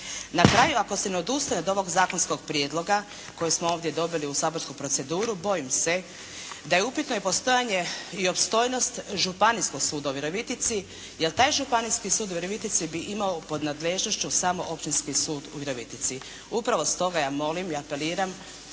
Na kraju, ako se ne odustane od ovoga zakonskog prijedloga koji smo ovdje dobili u saborsku proceduru, bojim se da je upitno i postojanje i opstojnost županijskog suda u Virovitici jer taj županijski sud u Virovitici bi imao pod nadležnošću samo općinski sud u Virovitici. Upravo stoga ja molim i apeliram,